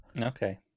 Okay